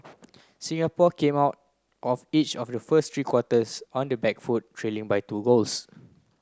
Singapore came out of each of the first three quarters on the back foot trailing by two goals